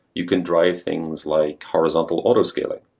you can drive things like horizontal auto-scaling.